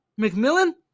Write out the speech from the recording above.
McMillan